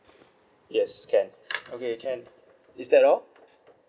yes can okay can is that all